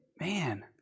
Man